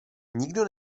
nikdo